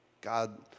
God